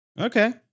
Okay